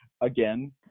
again